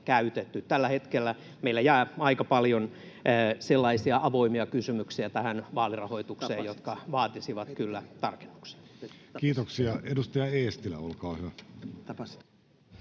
Tällä hetkellä meillä jää aika paljon tähän vaalirahoitukseen sellaisia avoimia kysymyksiä, jotka vaatisivat kyllä tarkennuksia. Kiitoksia. — Edustaja, Eestilä, olkaa hyvä.